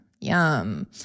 yum